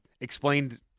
explained